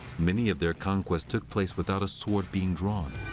many of their conquests took place without a sword being drawn.